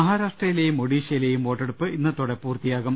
മഹാ രാഷ്ട്രയിലെയും ഒഡീഷയിലെയും വോട്ടെടുപ്പ് ഇന്നത്തോടെ പൂർത്തിയാകും